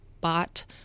bought